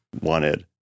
wanted